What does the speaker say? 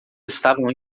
estavam